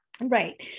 Right